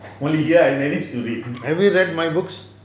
only here I managed to read